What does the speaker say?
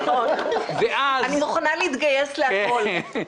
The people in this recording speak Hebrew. אני מוכנה להתגייס לכול.